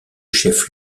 chef